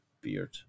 beard